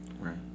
Right